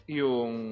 yung